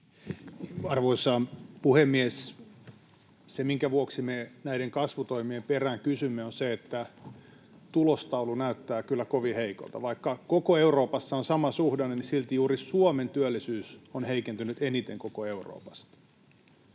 Arvoisa puhemies! Se, minkä vuoksi me näiden kasvutoimien perään kysymme, on se, että tulostaulu näyttää kyllä kovin heikolta. Vaikka koko Euroopassa on sama suhdanne, niin silti juuri Suomen työllisyys on heikentynyt eniten koko Euroopassa.